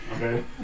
okay